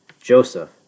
Joseph